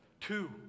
Two